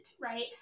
right